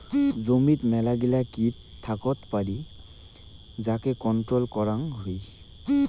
জমিত মেলাগিলা কিট থাকত পারি যাকে কন্ট্রোল করাং হই